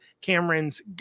Cameron's